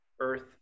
earth